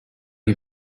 you